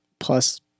plus